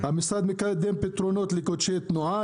המשרד מקדם תוכניות לגודש תנועה,